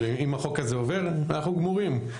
אם החוק הזה עובר - אנחנו גמורים.